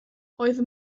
oedd